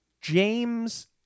James